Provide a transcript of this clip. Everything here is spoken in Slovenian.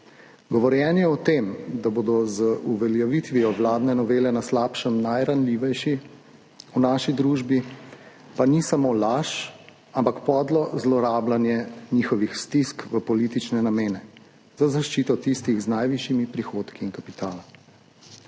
Govorjenje o tem, da bodo z uveljavitvijo vladne novele na slabšem najranljivejši v naši družbi, pa ni samo laž, ampak podlo zlorabljanje njihovih stisk v politične namene za zaščito tistih z najvišjimi prihodki in kapitala.